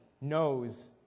knows